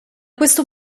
questo